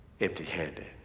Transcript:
empty-handed